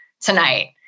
tonight